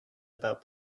about